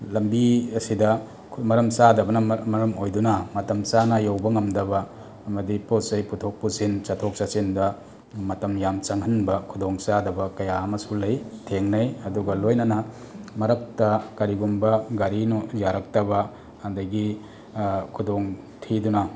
ꯂꯝꯕꯤ ꯑꯁꯤꯗ ꯑꯩꯈꯣꯏ ꯃꯔꯝ ꯆꯥꯗꯕꯅ ꯃꯔꯝ ꯑꯣꯏꯗꯨꯅ ꯃꯇꯝ ꯆꯥꯅ ꯌꯧꯕ ꯉꯝꯗꯕ ꯑꯃꯗꯤ ꯄꯣꯠ ꯆꯩ ꯄꯨꯊꯣꯛ ꯄꯨꯁꯤꯟ ꯆꯠꯊꯣꯛ ꯆꯠꯁꯤꯟꯗ ꯃꯇꯝ ꯌꯥꯝ ꯆꯪꯍꯟꯕ ꯈꯨꯗꯣꯡ ꯆꯥꯗꯕ ꯀꯌꯥ ꯑꯃꯁꯨ ꯂꯩ ꯊꯦꯡꯅꯩ ꯑꯗꯨꯒ ꯂꯣꯏꯅꯅ ꯃꯔꯛꯇ ꯀꯔꯤꯒꯨꯝꯕ ꯒꯥꯔꯤꯅꯣꯡ ꯌꯥꯔꯛꯇꯕ ꯑꯗꯒꯤ ꯈꯨꯗꯣꯡ ꯊꯤꯗꯨꯅ